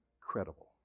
credible